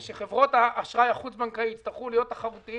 הוא שחברות האשראי החוץ-בנקאי יצטרכו להיות תחרותיות